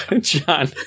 John